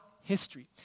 history